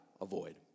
avoid